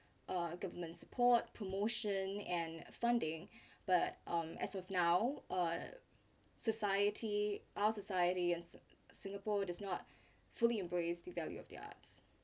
uh government support promotion and funding but um as of now uh society our society and singapore does not fully embrace the value of the arts